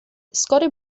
scotti